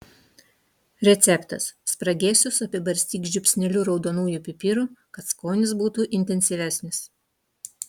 receptas spragėsius apibarstyk žiupsneliu raudonųjų pipirų kad skonis būtų intensyvesnis